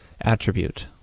attribute